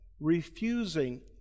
refusing